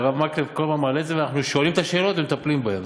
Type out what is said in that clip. הרב מקלב כל הזמן מעלה את זה ואנחנו שואלים את השאלות ומטפלים בהן.